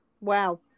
wow